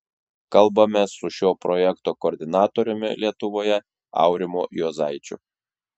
kalbamės su šio projekto koordinatoriumi lietuvoje aurimu juozaičiu